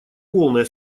полное